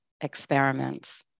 experiments